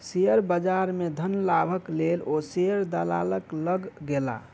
share बजार में धन लाभक लेल ओ शेयर दलालक लग गेला